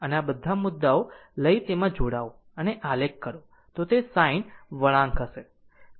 અને જો આ બધા મુદ્દાઓ લઈ તેમાં જોડાઓ અને આલેખ કરો તો તે sin વળાંક હશે